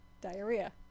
diarrhea